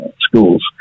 schools